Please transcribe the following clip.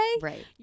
Right